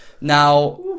Now